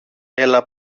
έλα